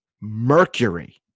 Mercury